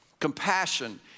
compassion